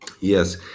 Yes